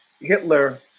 Hitler